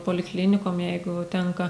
poliklinikom jeigu tenka